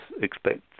expect